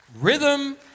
Rhythm